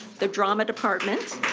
the drama department,